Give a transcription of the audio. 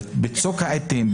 בצוק העתים,